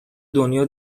دنیا